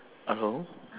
hello